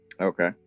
Okay